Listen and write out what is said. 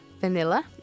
vanilla